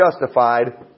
justified